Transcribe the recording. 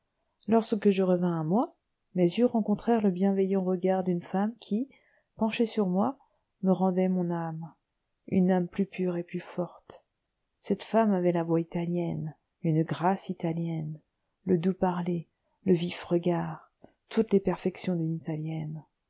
lorsque je revins à moi mes yeux rencontrèrent le bienveillant regard d'une femme qui penchée sur moi me rendait mon âme une âme plus pure et plus forte cette femme avait la voix italienne une grâce italienne le doux parler le vif regard toutes les perfections d'une italienne